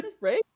Right